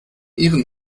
ihren